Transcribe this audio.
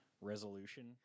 resolution